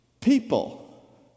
People